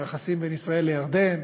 היחסים בין ישראל לירדן.